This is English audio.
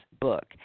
book